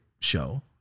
show